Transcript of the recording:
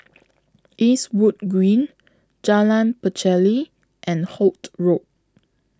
Eastwood Green Jalan Pacheli and Holt Road